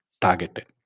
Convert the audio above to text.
targeted